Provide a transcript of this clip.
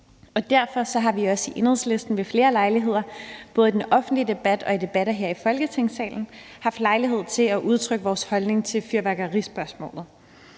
og vi har i Enhedslisten ved flere lejligheder, både i den offentlige debat og i debatter her i Folketingssalen, udtrykt vores holdning til fyrværkerispørgsmålet.